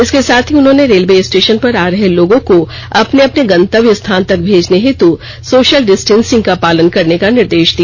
इसके साथ ही उन्होंने रेलवे स्टेशन पर आ रहे लोगों को अपने अपने गंतव्य स्थान तक भेजने हेतु सोशल डिस्टेंसिंग का पालन करने का निर्देश दिया